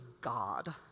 God